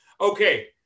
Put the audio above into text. Okay